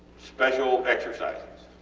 special exercises